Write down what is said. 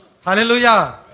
Hallelujah